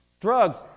Drugs